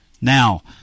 Now